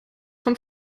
von